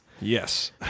Yes